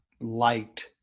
liked